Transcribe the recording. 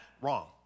Wrong